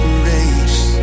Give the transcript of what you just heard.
grace